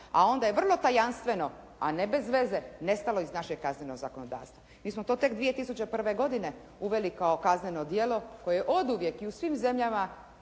a onda je vrlo tajanstveno a ne bez veze nestalo iz našeg kaznenog zakonodavstva. Mi smo to tek 2001. godine uveli kao kazneno djelo koje je oduvijek i u svim zemljama